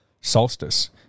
solstice